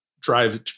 drive